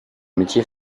métier